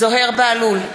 זוהיר בהלול,